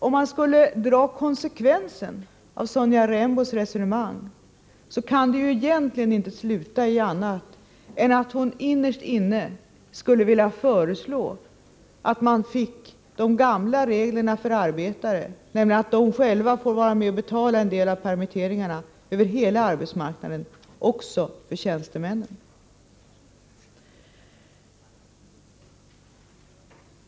Om man drar konsekvensen av Sonja Rembos resonemang kan man inte komma fram till annat än att hon innerst inne skulle vilja föreslå att de gamla reglerna för arbetare — att de själva får vara med och betala en del av permitteringarna — skulle gälla över hela arbetsmarknaden, alltså också för tjänstemännen.